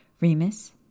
Remus